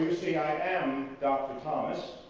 see i am dr. thomas